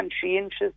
conscientious